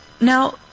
Now